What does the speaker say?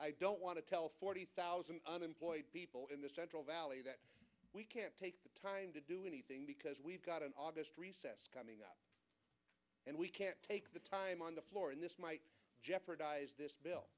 i don't want to tell forty thousand unemployed people in the central valley that we can't take the time to do anything because we've got an august recess coming up and we can't take the time on the floor and this might jeopardize